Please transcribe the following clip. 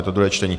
Je to druhé čtení.